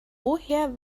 woher